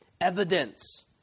Evidence